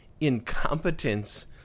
incompetence